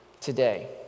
today